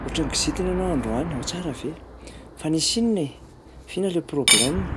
Ohatran'ny kizitina ianao androany, ao tsara ve? Fa nisy inona e? F'inona lay problème?